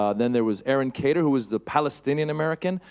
um then there was aron kader, who was the palestinian-american.